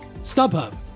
StubHub